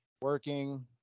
working